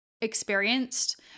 experienced